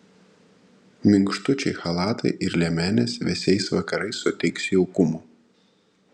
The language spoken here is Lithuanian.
minkštučiai chalatai ir liemenės vėsiais vakarais suteiks jaukumo